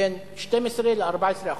בין 12% ל-14%.